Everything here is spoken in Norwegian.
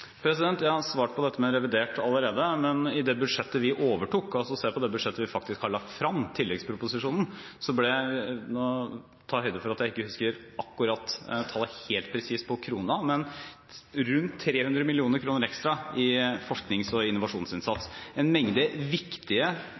Jeg har svart på dette med revidert allerede, men i det budsjettet vi overtok, det budsjettet vi faktisk har lagt frem i tilleggsproposisjonen – ta høyde for at jeg ikke husker dette tallet akkurat presist på krona – er det rundt 300 mill. kr ekstra til forsknings- og innovasjonsinnsats og til en mengde viktige